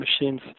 machines